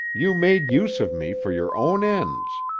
you made use of me for your own ends,